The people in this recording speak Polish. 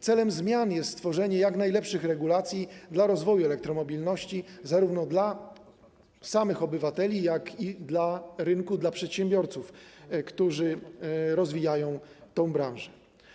Celem zmian jest stworzenie jak najlepszych regulacji dla rozwoju elektromobilności - zarówno dla samych obywateli, jak i dla rynków, dla przedsiębiorców, którzy rozwijają tę branżę.